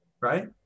right